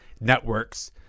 networks